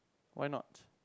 why not